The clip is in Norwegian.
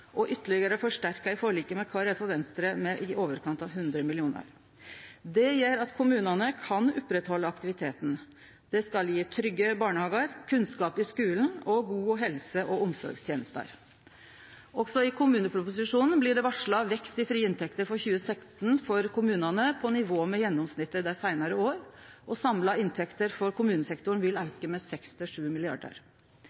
ytterlegare forsterka i forliket med Kristeleg Folkeparti og Venstre med i overkant av 100 mill. kr. Det gjer at kommunane kan oppretthalde aktiviteten. Det skal gje trygge barnehagar, kunnskap i skulen og gode helse- og omsorgstenester. Også i kommuneproposisjonen blir det varsla vekst i frie inntekter for 2016 til kommunane, på nivå med gjennomsnittet dei seinare åra, og dei samla inntektene for kommunesektoren vil